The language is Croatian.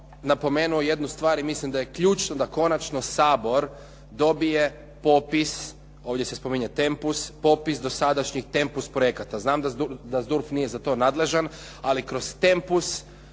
napomenuo jednu stvar i mislim da je ključno da konačno Sabor dobije popis, ovdje se spominje Tempus, popis dosadašnjih Tempus projekata. Znam da ZDURF nije za to nadležan, ali kroz Tempus,